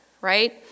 right